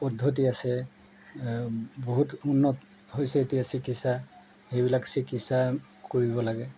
পদ্ধতি আছে বহুত উন্নত হৈছে এতিয়া চিকিৎসা সেইবিলাক চিকিৎসা কৰিব লাগে